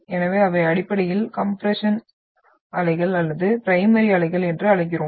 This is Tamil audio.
எனவே அவை அடிப்படையில் கம்ப்ரெஸ்னல் அலைகள் அல்லது பிரைமரி அலைகள் என்று அழைக்கிறோம்